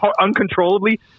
uncontrollably